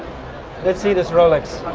let's see this rolex